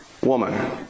woman